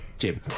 Jim